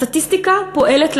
הסטטיסטיקה פועלת לרעתו.